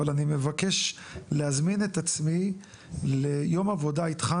אבל אני מבקש להזמין את עצמי ליום עבודה איתך